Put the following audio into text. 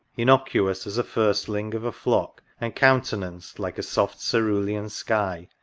innocuous as a firstling of a flock. and countenanced like a soft cerulean sky,